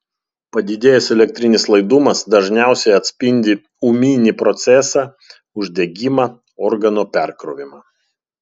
padidėjęs elektrinis laidumas dažniausiai atspindi ūminį procesą uždegimą organo perkrovimą